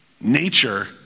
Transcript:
nature